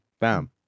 Bam